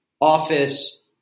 office